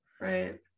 right